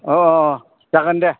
अ अ अ जागोन दे